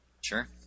Sure